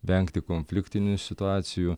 vengti konfliktinių situacijų